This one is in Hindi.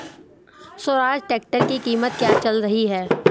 स्वराज ट्रैक्टर की कीमत क्या चल रही है?